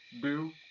do.